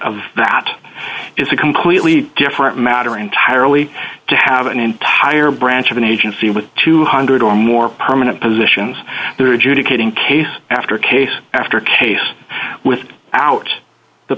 of that is a completely different matter entirely to have an entire branch of an agency with two hundred dollars or more permanent positions there adjudicating case after case after case with out the